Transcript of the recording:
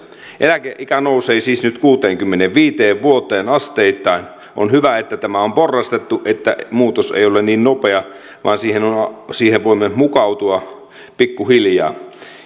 eläkeikä nousee siis nyt kuuteenkymmeneenviiteen vuoteen asteittain on hyvä että tämä on porrastettu että muutos ei ole niin nopea vaan siihen voimme mukautua pikkuhiljaa